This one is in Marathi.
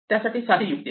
यासाठी साधी युक्ती आहे